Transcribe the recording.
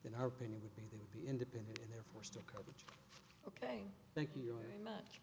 in our opinion would be they would be independent and ok thank you very much